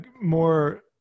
more